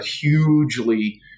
hugely